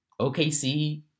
OKC